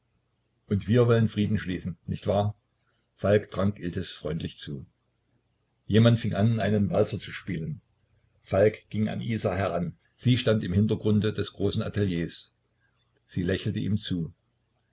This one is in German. und wir wollen frieden schließen nicht wahr falk trank iltis freundlich zu jemand fing an einen walzer zu spielen falk ging an isa heran sie stand im hintergrunde des großen ateliers sie lächelte ihm zu